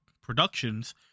productions